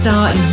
Start